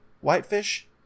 Whitefish